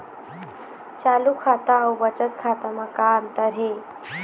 चालू खाता अउ बचत खाता म का अंतर हे?